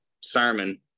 sermon